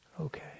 Okay